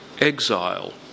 exile